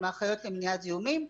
עם האחיות למניעת זיהומים.